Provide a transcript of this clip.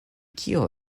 kio